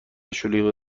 شلوغی